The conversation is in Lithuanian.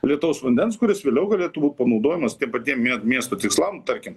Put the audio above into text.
lietaus vandens kuris vėliau galėtų būt panaudojamas tiem patiem mie miesto tikslam tarkim